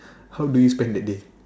how do you spend the day